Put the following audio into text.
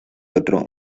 otro